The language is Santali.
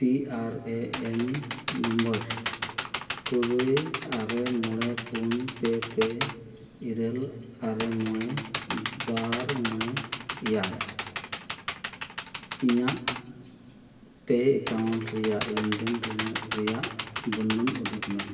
P R A N number ᱛᱩᱨᱩᱭ ᱟᱨᱮ ᱢᱚᱬᱮ ᱯᱩᱱ ᱯᱮ ᱯᱮ ᱤᱨᱟᱹᱞ ᱟᱨᱮ ᱢᱚᱬᱮ ᱵᱟᱨ ᱢᱚᱬᱮ ᱮᱭᱟᱭ ᱤᱧᱟᱹᱜ ᱮ ᱯᱤ ᱚᱣᱟᱭ ᱮᱠᱟᱣᱩᱱᱴ ᱨᱮᱱᱟᱜ ᱞᱮᱱᱫᱮᱱ ᱨᱮᱱᱟᱜ ᱵᱚᱨᱱᱚᱱ ᱩᱫᱩᱜᱽ ᱢᱮ